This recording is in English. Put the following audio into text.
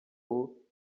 while